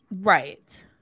right